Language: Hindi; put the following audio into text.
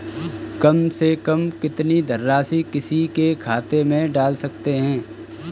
कम से कम कितनी धनराशि किसी के खाते में डाल सकते हैं?